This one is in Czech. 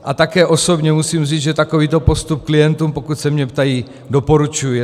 A také osobně musím říct, že takový postup klientům, pokud se mne ptají, doporučuji.